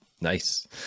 Nice